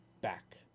back